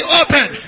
open